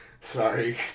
Sorry